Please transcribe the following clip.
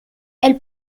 elles